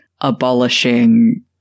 abolishing